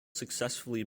successfully